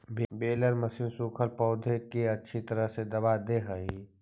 baler machine सूखल पौधा के अच्छी तरह से दबा देवऽ हई